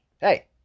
hey